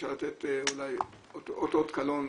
אפשר לתת אולי אותות קלון,